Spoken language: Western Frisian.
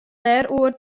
dêroer